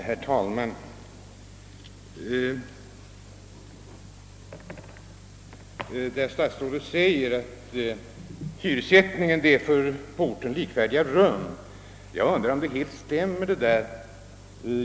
Herr talman! Inrikesministern säger nu att hyressättningen i ifrågavarande baracker motsvarar den som tillämpas för likvärdiga rum på orten. Jag undrar om detta stämmer med verkligheten.